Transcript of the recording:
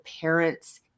parents